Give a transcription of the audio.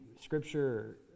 Scripture